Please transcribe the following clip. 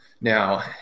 Now